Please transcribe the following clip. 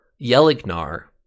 Yelignar